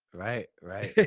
right, right,